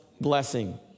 blessing